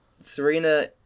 Serena